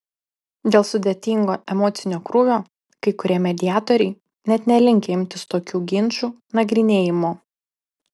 dėl sudėtingo emocinio krūvio kai kurie mediatoriai net nelinkę imtis tokių ginčų nagrinėjimo